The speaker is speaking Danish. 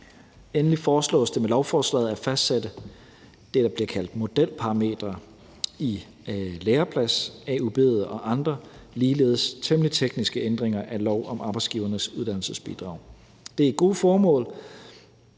Endelig foreslås det med lovforslaget at fastsætte det, der bliver kaldt modelparametre i læreplads-AUB'et og andre ligeledes temmelig tekniske ændringer af lov om Arbejdsgivernes Uddannelsesbidrag. Det er gode formål,